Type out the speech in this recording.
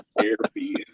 Airbnb